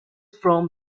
from